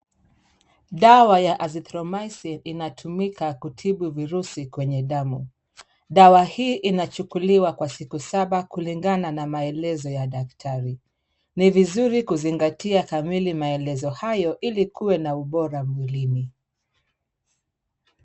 Dawa ya azithromycin inatumika kutibu virusi kwenye damu. Dawa hii inachukuliwa kwa siku saba kulingana na maelezo ya daktari. Ni vizuri kuzingatia kamili maelezo hayo ili kuwe na ubora mwilini.